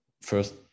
first